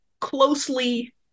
closely